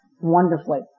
wonderfully